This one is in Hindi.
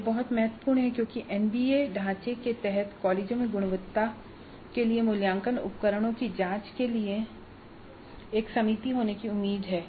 यह बहुत महत्वपूर्ण है क्योंकि एनबीए ढांचे के तहत कॉलेजों में गुणवत्ता के लिए मूल्यांकन उपकरणों की जांच के लिए एक समिति होने की उम्मीद है